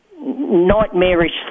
nightmarish